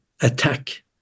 attack